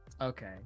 Okay